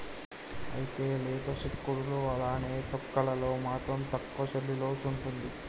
అయితే లేత సిక్కుడులో అలానే తొక్కలలో మాత్రం తక్కువ సెల్యులోస్ ఉంటుంది